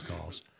calls